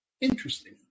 interesting